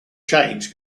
change